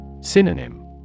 Synonym